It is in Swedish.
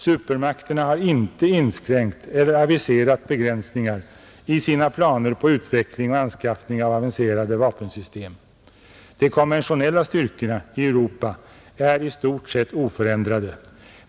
Supermakterna har inte inskränkt eller aviserat begränsningar i sina planer på utveckling och anskaffning av avancerade vapensystem. De konventionella styrkorna i Europa är i stort sett oförändrade.